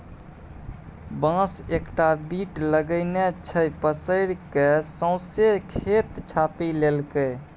बांस एकटा बीट लगेने छै पसैर कए सौंसे खेत छापि लेलकै